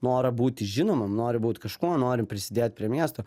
norą būti žinomam nori būt kažkuo nori prisidėt prie miesto